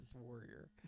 warrior